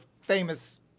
famous